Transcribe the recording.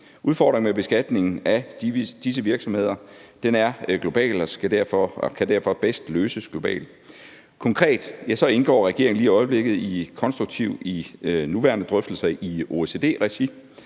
Udfordringen med beskatningen af disse virksomheder er global og kan derfor bedst løses globalt. Konkret indgår regeringen lige i øjeblikket konstruktivt i nuværende drøftelser i OECD-regi,